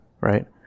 right